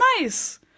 nice